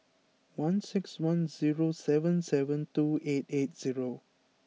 one six one zero seven seven two eight eight zero